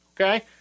okay